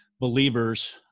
believers